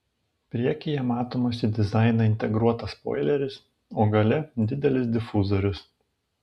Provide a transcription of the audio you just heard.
priekyje matomas į dizainą integruotas spoileris o gale didelis difuzorius